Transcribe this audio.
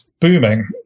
booming